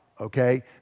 okay